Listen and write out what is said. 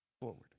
forward